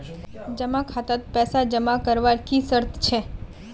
जमा खातात पैसा जमा करवार की शर्त छे?